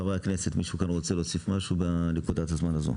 חברי הכנסת מישהו רוצה להוסיף משהו בנקודת הזמן הזאת?